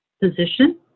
position